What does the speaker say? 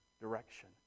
direction